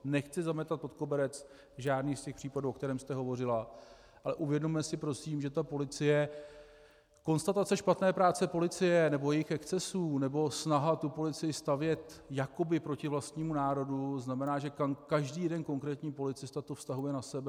Nechci zametat pod koberec žádný z těch případů, o kterém jste hovořila, ale uvědomme si prosím, že konstatace špatné práce policie nebo jejích excesů nebo snaha policii stavět jakoby proti vlastnímu národu znamená, že každý jeden konkrétní policista to vztahuje na sebe.